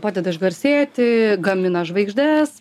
padeda išgarsėti gamina žvaigždes